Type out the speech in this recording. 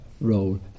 role